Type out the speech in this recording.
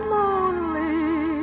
lonely